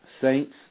Saints